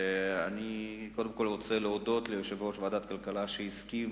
אני רוצה להודות ליושב-ראש ועדת הכלכלה שהסכים